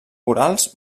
orals